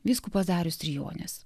vyskupas darius trijonis